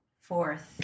Fourth